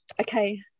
okay